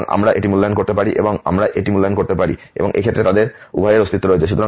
সুতরাং আমরা এটি মূল্যায়ন করতে পারি এবং আমরা এটি মূল্যায়ন করতে পারি এবং এই ক্ষেত্রে তাদের উভয়ের অস্তিত্ব রয়েছে